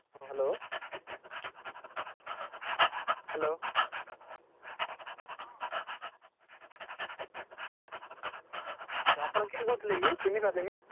ହଁ hello hello ଆଚ୍ଛା ଆପଣ କିଏ କହୁଥିଲେ କି ଚିହ୍ନିପାରିଲିନି